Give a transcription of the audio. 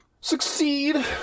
succeed